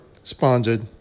responded